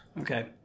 Okay